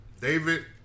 David